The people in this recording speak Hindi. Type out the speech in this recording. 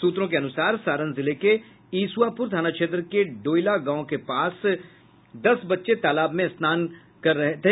सूत्रों के अनुसार सारण जिले के इसुआपुर थाना क्षेत्र के डोइला गांव के दस बच्चे तालाब में स्नान कर रहे थे